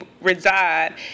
reside